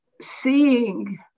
seeing